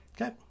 Okay